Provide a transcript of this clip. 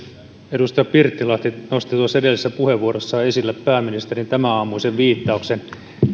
edustaja pirttilahti nosti edellisessä puheenvuorossaan esille pääministerin tämänaamuisen viittauksen